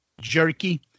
Jerky